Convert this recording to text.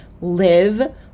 live